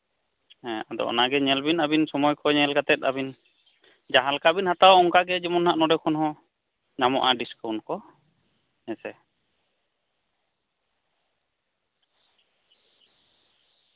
ᱦᱮᱸ ᱟᱫᱚ ᱚᱱᱟ ᱜᱮ ᱧᱮᱞ ᱵᱤᱱ ᱟ ᱵᱤᱱ ᱥᱚᱢᱚᱭ ᱠᱚ ᱧᱮᱞ ᱠᱟᱛᱮᱫ ᱟ ᱵᱤᱱ ᱡᱟᱦᱟᱸᱞᱮᱠᱟ ᱵᱤᱱ ᱦᱟᱛᱟᱣᱟ ᱚᱱᱠᱟ ᱜᱮ ᱡᱮᱢᱚᱱ ᱦᱟᱸᱜ ᱱᱚᱰᱮ ᱠᱷᱚᱱ ᱦᱚᱸ ᱧᱟᱢᱚᱜᱼᱟ ᱰᱤᱥᱠᱟᱣᱩᱱᱴ ᱠᱚ ᱦᱮᱸᱥᱮ